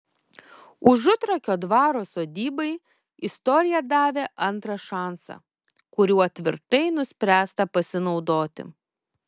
užutrakio dvaro sodybai istorija davė antrą šansą kuriuo tvirtai nuspręsta pasinaudoti